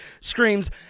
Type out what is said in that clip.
screams